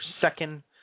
second